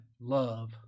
love